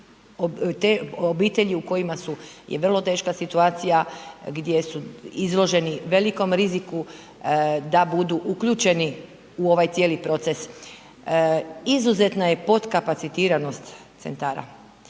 iz obitelji u kojima su je vrlo teška situacija, gdje su izloženi velikom rizikom da budu uključeni u ovaj cijeli proces. Izuzetna je podkapacitiranost centara.